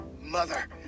mother